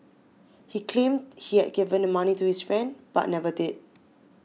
he claimed he had given the money to his friend but never did